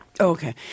Okay